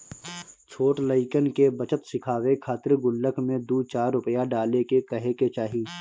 छोट लइकन के बचत सिखावे खातिर गुल्लक में दू चार रूपया डाले के कहे के चाही